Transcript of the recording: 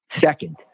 second